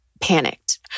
panicked